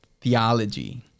theology